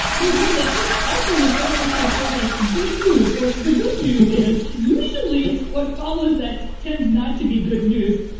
no, totally. i think also whenever i see a phrase like good news or the good news is usually what follows, that tends not to be good news.